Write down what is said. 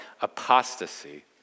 apostasy